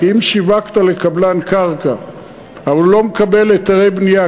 כי אם שיווקת לקבלן קרקע אבל הוא לא מקבל היתרי בנייה,